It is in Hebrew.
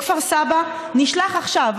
בכפר סבא נשלח עכשיו,